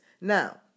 Now